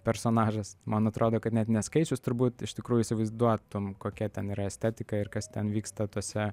personažas man atrodo kad net neskaičius turbūt iš tikrųjų įsivaizduotum kokia ten yra estetika ir kas ten vyksta tose